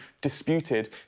disputed